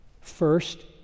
first